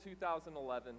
2011